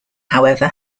however